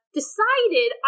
decided